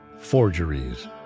forgeries